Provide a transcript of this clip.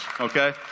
Okay